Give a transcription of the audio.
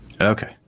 Okay